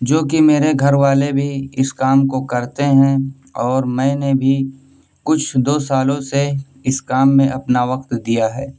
جو کہ میرے گھر والے بھی اس کام کو کرتے ہیں اور میں نے بھی کچھ دو سالوں سے اس کام میں اپنا وقت دیا ہے